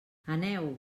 aneu